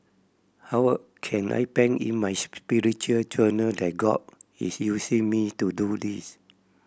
how can I pen in my spiritual journal that God is using me to do this